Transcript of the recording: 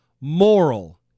moral